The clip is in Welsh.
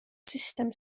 sustem